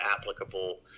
applicable